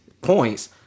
points